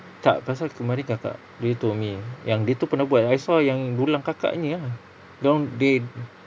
tak pasal kelmarin kakak already told me yang dia tu pernah buat I saw yang dulang kakak punya ah dorang they